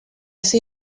see